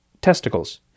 testicles